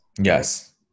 Yes